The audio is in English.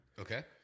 Okay